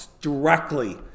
directly